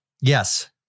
Yes